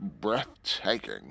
Breathtaking